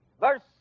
Verse